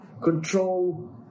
Control